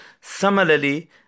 similarly